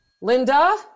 Linda